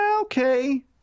Okay